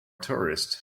tourist